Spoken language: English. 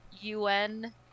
UN